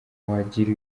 wagira